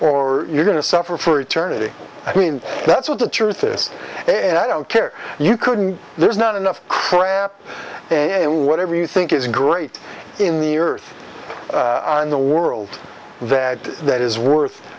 or you're going to suffer for eternity i mean that's what the truth is and i don't care you couldn't there's not enough crap and whatever you think is great in the earth in the world that that is worth